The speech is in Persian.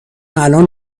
الان